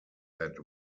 that